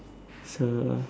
so